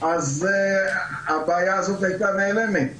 אז הבעיה הזאת הייתה נעלמת,